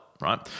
right